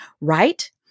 Right